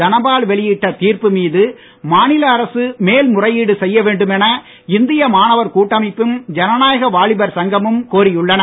தனபால் வெளியிட்ட தீர்ப்பு மீது மாநில அரசு மேல் முறையீடு செய்ய வேண்டும் என இந்திய மாணவர் கூட்டமைப்பும் ஜனநாயக வாலிபர் சங்கமும் கோரியுள்ளன